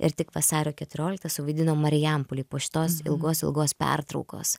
ir tik vasario keturioliktą suvaidinom marijampolėj po šitos ilgos ilgos pertraukos